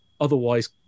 otherwise